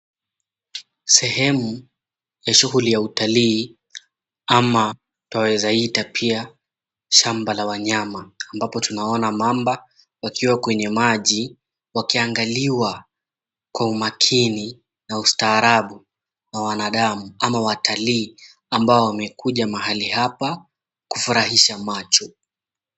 Sehemu ya shughuli ya utalii ama twaweza ita pia shamba la wanyama, ambapo tunaona mamba wakiwa kwenye maji wakiangaliwa kwa umakini na ustaarabu na wanadamu ama watalii ,ambao wamekuja mahali hapa kufurahisha macho.